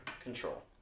control